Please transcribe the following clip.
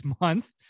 month